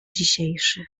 dzisiejszy